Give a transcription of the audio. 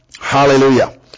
Hallelujah